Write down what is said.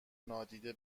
نادیده